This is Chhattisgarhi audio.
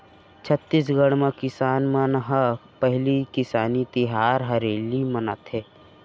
छत्तीसगढ़ म किसान मन ह पहिली किसानी तिहार हरेली मनाथे